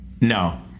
No